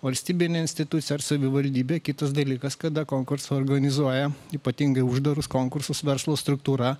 valstybinė institucija ar savivaldybė kitas dalykas kada konkursą organizuoja ypatingai uždarus konkursus verslo struktūra